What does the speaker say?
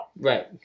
Right